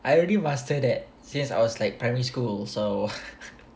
I already master that since I was like primary school so